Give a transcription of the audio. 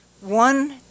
One